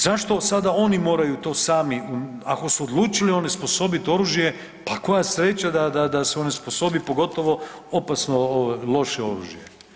Zašto sada oni moraju to sami, ako su odlučili onesposobiti oružje, pa koja sreća da se onesposobi, pogotovo opasno loše oružje.